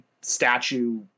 statue